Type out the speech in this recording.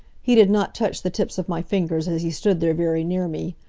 he did not touch the tips of my fingers as he stood there very near me.